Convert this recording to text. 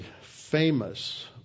famous